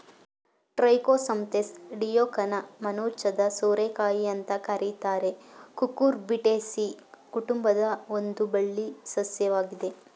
Trichosanthes dioica ಮೊನಚಾದ ಸೋರೆಕಾಯಿ ಅಂತ ಕರೀತಾರೆ ಕುಕುರ್ಬಿಟೇಸಿ ಕುಟುಂಬದ ಒಂದು ಬಳ್ಳಿ ಸಸ್ಯವಾಗಿದೆ